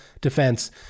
defense